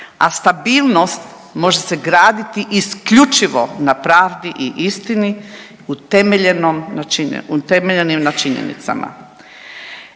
A stabilnost može se graditi isključivo na pravdi i istini utemeljenim na činjenicama.